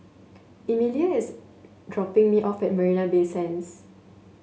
Emelia is dropping me off at Marina Bay Sands